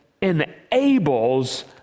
enables